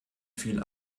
viel